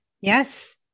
Yes